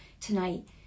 tonight